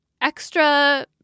extra